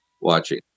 watching